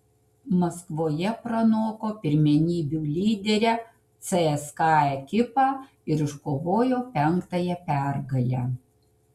maskvoje pranoko pirmenybių lyderę cska ekipą ir iškovojo penktąją pergalę